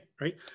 Right